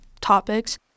topics